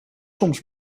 soms